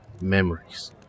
memories